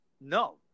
no